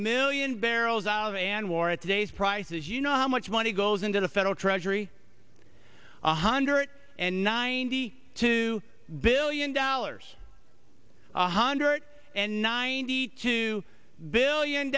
million barrels out of an war at today's prices you know how much money goes into the federal treasury one hundred and ninety two billion dollars one hundred and ninety two billion